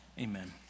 amen